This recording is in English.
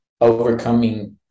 overcoming